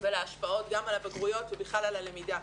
ולהשפעות גם על הבגרויות ובכלל על הלמידה.